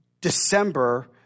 December